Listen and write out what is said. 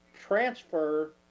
Transfer